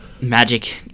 Magic